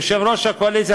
יושב-ראש הקואליציה,